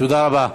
תודה רבה.